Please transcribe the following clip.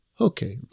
Okay